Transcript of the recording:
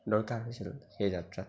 দৰকাৰ হৈছিল সেই যাত্ৰা